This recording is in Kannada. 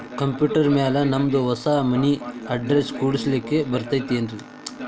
ಕಂಪ್ಯೂಟರ್ ಮ್ಯಾಲೆ ನಮ್ದು ಹೊಸಾ ಮನಿ ಅಡ್ರೆಸ್ ಕುಡ್ಸ್ಲಿಕ್ಕೆ ಬರತೈತ್ರಿ?